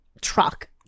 truck